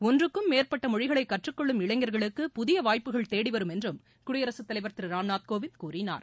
ஒன்றுக்கும் மேற்பட்ட மொழிகளை கற்றுக்கொள்ளும் இளைஞர்களுக்கு புதிய வாய்ப்புகள் தேடிவரும் என்றும் குடியரசுத் தலைவர் திரு ராம்நாத் கோவிந்த் கூறினார்